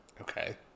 Okay